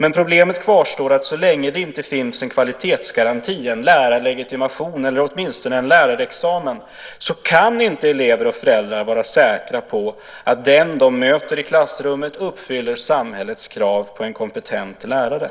Men problemet kvarstår att så länge det inte finns en kvalitetsgaranti, en lärarlegitimation eller åtminstone en lärarexamen kan inte elever och föräldrar vara säkra på att den de möter i klassrummet uppfyller samhällets krav på en kompetent lärare.